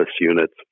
units